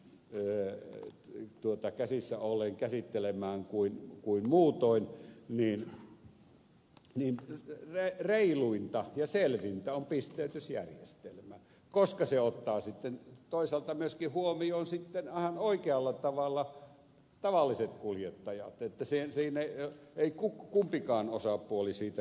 se ei ole hansikkaitten käsissä ollen käsittelemään kuin muutoin reiluinta ja selvintä on pisteytysjärjestelmä koska se ottaa sitten toisaalta myöskin huomioon oikealla tavalla tavalliset kuljettajat niin että siinä ei kumpikaan osapuoli siitä kärsi